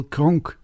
Kronk